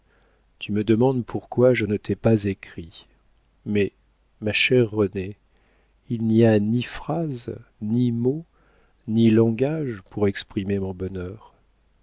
tu me demandes pourquoi je ne t'ai pas écrit mais ma chère renée il n'y a ni phrases ni mots ni langage pour exprimer mon bonheur